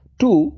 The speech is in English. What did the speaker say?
Two